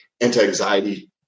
anti-anxiety